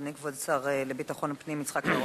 אדוני כבוד השר לביטחון פנים יצחק אהרונוביץ.